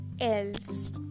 else